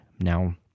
Now